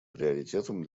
приоритетом